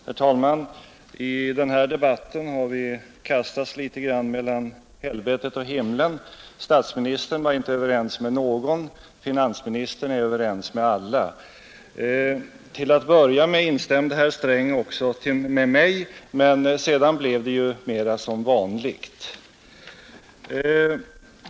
Herr talman! I den här debatten har talarna kastats mellan helvetet och himlen: statsministern var inte överens med någon, finansministern är överens med alla. Till att börja med instämde herr Sträng också med mig, men sedan blev det ju mera som vanligt.